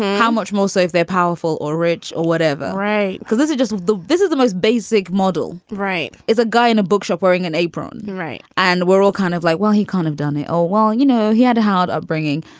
how much more so if they're powerful or rich or whatever. right. because this is just the this is the most basic model. right. is a guy in a bookshop wearing an apron. right. and we're all kind of like, well, he can't have done it. oh, well, you know, he had a hard upbringing.